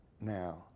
now